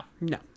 no